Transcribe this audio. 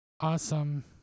awesome